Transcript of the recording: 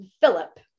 Philip